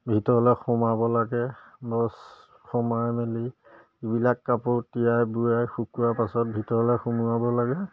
ভিতৰলৈ সোমোৱাব লাগে বছ সোমাই মেলি এইবিলাক কাপোৰ তিয়াই বুবাই শুকুৱা পাছত ভিতৰলৈ সোমোৱাব লাগে